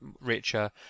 richer